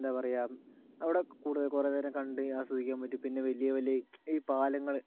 എന്താ പറയുക അവിടെ കൂടുതൽ കുറെ നേരം കണ്ട് ആസ്വദിക്കാൻ പറ്റും പിന്നെ വലിയ വലിയ ഈ പാലങ്ങള്